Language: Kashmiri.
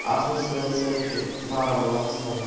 آسنس سۭتۍ سۭتۍ چھِ بارہمُلہَس منٛز